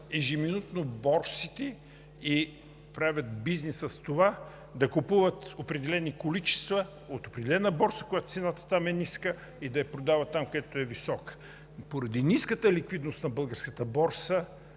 ежеминутно борсите и правят бизнес с това да купуват определени количества от определена борса, когато цената там е ниска и да я продават там, където е висока. Поради ниската ликвидност на българската борса